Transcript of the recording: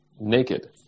naked